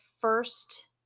first